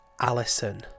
Alison